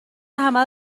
همه